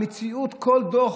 כל דוח,